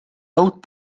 elk